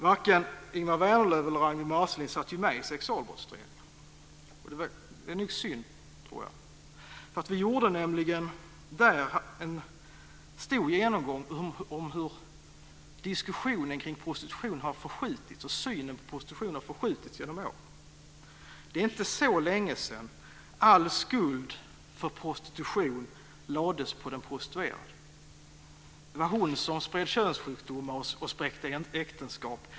Varken Ingemar Vänerlöv eller Ragnwi Marcelind satt ju med i Sexualbrottsutredningen. Det var nog synd. Där gjorde vi nämligen en stor genomgång av hur diskussionen kring prostitutionen och synen på prostitutionen har förskjutits genom åren. Det är inte så länge sedan all skuld för prostitution lades på den prostituerade. Det var hon som spred könssjukdomar och spräckte äktenskap.